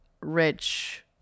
rich